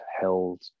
held